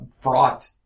fraught